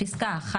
(1)